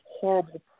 horrible